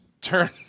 turn